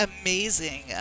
amazing